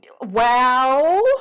Wow